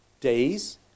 days